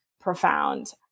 profound